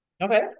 okay